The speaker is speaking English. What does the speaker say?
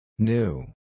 New